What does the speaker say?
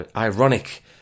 ironic